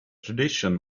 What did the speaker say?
tradition